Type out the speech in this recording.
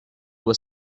was